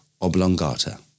oblongata